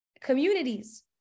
Communities